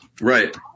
Right